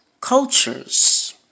cultures